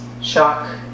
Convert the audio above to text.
Shock